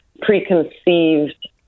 preconceived